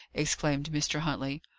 exclaimed mr. huntley.